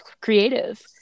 creative